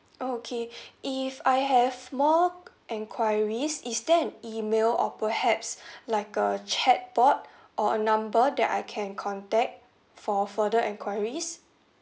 okay if I have more enquiries is there an email or perhaps like a chat board or a number that I can contact for further enquiries